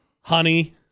honey